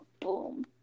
boom